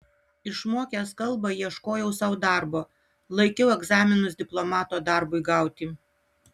išmokęs kalbą ieškojau sau darbo laikiau egzaminus diplomato darbui gauti